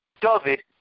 David